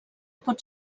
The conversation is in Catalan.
pot